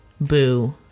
boo